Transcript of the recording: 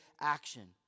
action